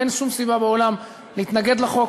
אין שום סיבה בעולם להתנגד לחוק.